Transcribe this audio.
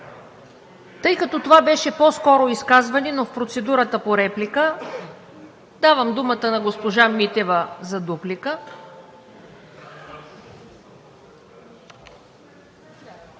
Тъй като това беше по-скоро изказване, но в процедурата по реплика, давам думата на госпожа Митева за дуплика.